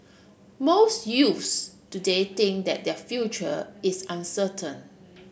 most youths today think that their future is uncertain